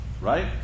right